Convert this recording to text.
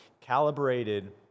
calibrated